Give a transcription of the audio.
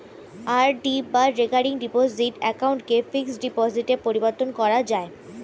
RD বা recurring deposit অ্যাকাউন্টকে fixed ডিপোজিটে পরিবর্তন করা যায়